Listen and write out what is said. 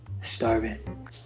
starving